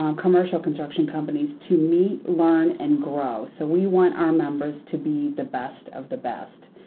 um commercial construction companies, to meet, learn and grow. so we want our members to be the best of the best.